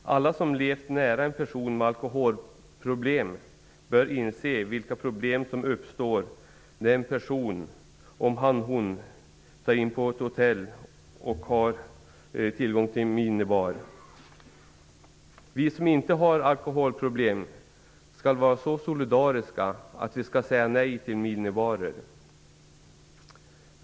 Alla som levt nära en person med alkoholproblem bör inse vilka problem som uppstår med en person som tar in på ett hotell och har tillgång till en minibar. Vi som inte har alkoholproblem skall vara så solidariska att vi skall säga nej till minibarer.